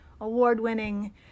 award-winning